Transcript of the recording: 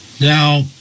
Now